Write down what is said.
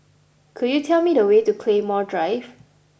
could you tell me the way to Claymore Drive